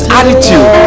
attitude